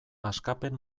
askapen